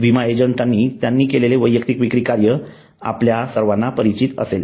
विमा एजंटांनी यांनी केलेले वैयक्तिक विक्री कार्य आपल्या सर्वांना परिचित असेल